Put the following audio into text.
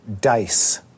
dice